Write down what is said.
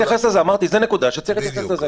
זו נקודה שצריך להתייחס אליה.